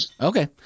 Okay